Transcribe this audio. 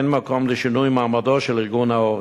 אין מקום לשינוי מעמדו של ארגון ההורים.